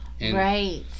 Right